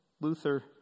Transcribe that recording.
Luther